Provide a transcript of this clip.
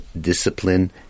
discipline